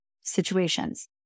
situations